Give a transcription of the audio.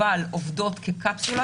אבל עובדות כקפסולה.